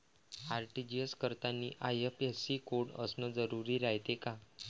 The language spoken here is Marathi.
आर.टी.जी.एस करतांनी आय.एफ.एस.सी कोड असन जरुरी रायते का?